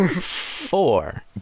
Four